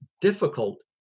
difficult